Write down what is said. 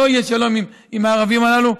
לא יהיה שלום עם הערבים הללו,